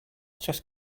chess